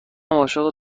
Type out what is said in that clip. عاشق